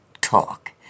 talk